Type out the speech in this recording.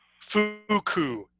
fuku